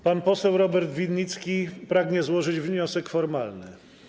Pan poseł Robert Winnicki pragnie złożyć wniosek formalny.